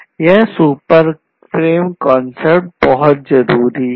यह super frame concept बहुत जरूरी है